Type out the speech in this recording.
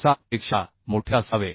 7 पेक्षा मोठे असावे